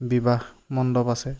বিবাহ মণ্ডপ আছে